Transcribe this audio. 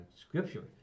scripture